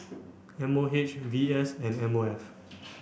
M O H V S and M O F